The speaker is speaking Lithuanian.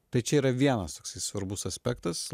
tai čia yra vienas toksai svarbus aspektas